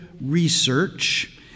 Research